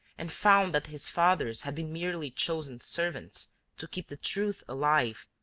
and found that his fathers had been merely chosen servants to keep the truth alive,